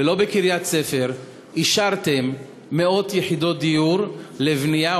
ובקריית-ספר לא אישרתם מאות יחידות דיור לבנייה,